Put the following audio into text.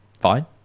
Fine